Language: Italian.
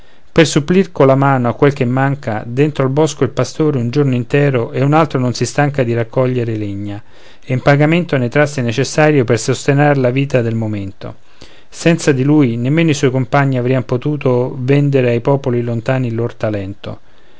per supplir colla mano a quel che manca dentro al bosco il pastore un giorno intero e un altro non si stanca di raccogliere legna e in pagamento ne trasse il necessario per sostentar la vita del momento senza di lui nemmeno i suoi compagni avrian potuto vendere ai popoli lontani il lor talento